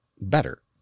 better